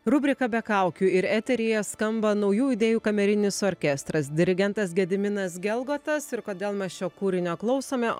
rubrika be kaukių ir eteryje skamba naujų idėjų kamerinis orkestras dirigentas gediminas gelgotas ir kodėl mes šio kūrinio klausome